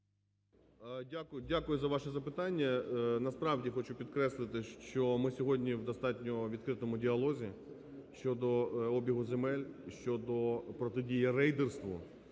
Дякую за ваше запитання. Насправді, хочу підкреслити, що ми сьогодні в достатньо відкритому діалозі щодо обігу земель, щодо протидії рейдерству.